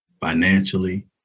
financially